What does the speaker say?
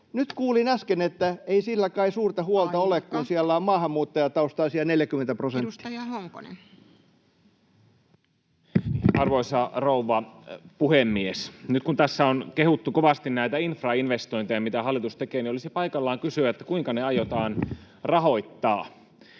Nyt kuulin äsken, että ei sillä kai suurta huolta [Puhemies: Aika!] ole, kun siellä on maahanmuuttajataustaisia 40 prosenttia. Edustaja Honkonen. Arvoisa rouva puhemies! Nyt kun tässä on kehuttu kovasti näitä infrainvestointeja, mitä hallitus tekee, niin olisi paikallaan kysyä, kuinka ne aiotaan rahoittaa.